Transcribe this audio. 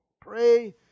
Pray